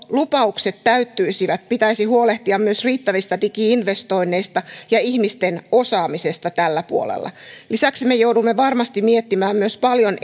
lupaukset täyttyisivät pitäisi huolehtia myös riittävistä digi investoinneista ja ihmisten osaamisesta tällä puolella lisäksi me joudumme varmasti miettimään paljon